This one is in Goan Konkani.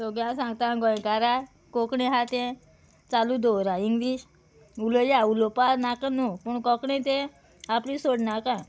सगळ्यांक सांगता गोंयकारा कोंकणी आहा तें चालू दवरा इंग्लीश उलया उलोवपा नाका न्हू पूण कोंकणी तें आपली सोडनाका